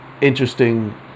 Interesting